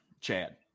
Chad